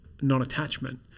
non-attachment